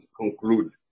conclude